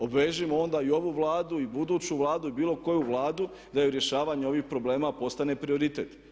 Obvežimo onda i ovu Vladu i buduću Vladu i bilo koju Vladu da joj rješavanje ovih problema postane prioritet.